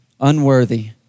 unworthy